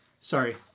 Sorry